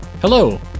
Hello